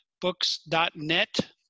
books.net